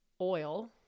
oil